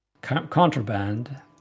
Contraband